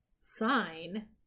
sign